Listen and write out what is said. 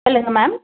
சொல்லுங்க மேம்